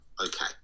okay